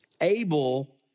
Abel